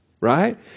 right